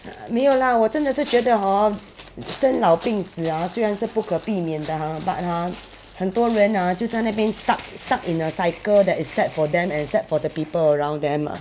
没有 lah 我真的是觉得 hor 生老病死 ah 虽然是不可避免的 ah but ah 很多人 ah 就在那边 stuck stuck in a cycle that is sad for them and sad for the people around them uh